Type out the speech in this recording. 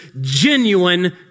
genuine